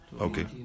Okay